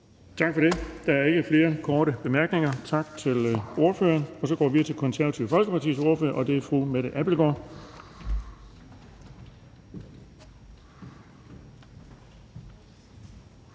Tak for det. Der er ikke flere korte bemærkninger. Tak til ordføreren. Så går vi videre til Det Konservative Folkepartis ordfører, og det er fru Mette Abildgaard.